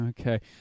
Okay